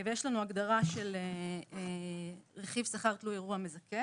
יש לנו הגדרה של רכיב שכר תלוי אירוע מזכה